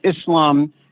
Islam